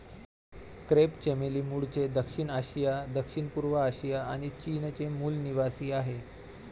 crepe चमेली मूळचे दक्षिण आशिया, दक्षिणपूर्व आशिया आणि चीनचे मूल निवासीआहे